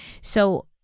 So-